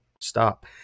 Stop